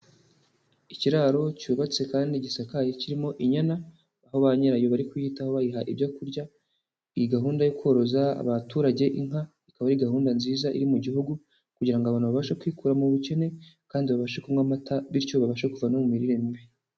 Ikiraro cyubatse kandi gisakaye kirimo inyana aho ba nyirayo bari kuyitaho bayiha ibyo kurya, iyi gahunda yo koroza abaturage inka, ikaba ari gahunda nziza iri mu gihugu kugira ngo abantu babashe kwikura mu bukene kandi babashe kunywa amata bityo babashe kuva no mu mirire mibi.